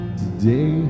today